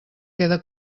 quede